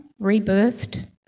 rebirthed